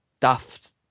daft